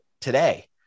today